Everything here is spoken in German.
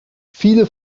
viele